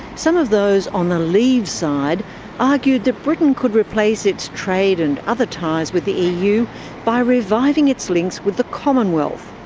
some of those on the leave side argued that britain could replace its trade and other ties with the eu by reviving its links with the commonwealth.